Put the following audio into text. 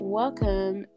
welcome